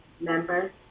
members